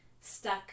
stuck